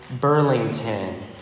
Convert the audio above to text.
Burlington